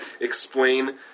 explain